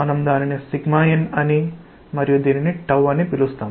మనం దానిని n అని మరియు దీనిని అని పిలుస్తాం